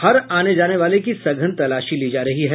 हर आने जाने वाले की सघन तलाशी ली जा रही है